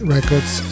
Records